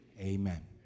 Amen